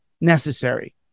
necessary